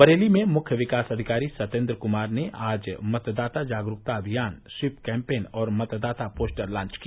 बरेली में मुख्य विकास अधिकारी सत्येन्द्र कुमार ने आज मतदाता जागरूकता अभियान स्वीप कैम्पेन और मतदाता पोस्टर लांच किया